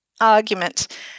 argument